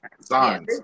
signs